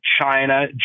China